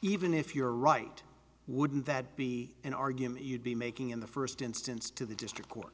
even if you're right wouldn't that be an argument you'd be making in the first instance to the district court